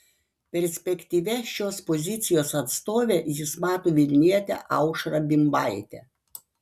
perspektyvia šios pozicijos atstove jis mato vilnietę aušrą bimbaitę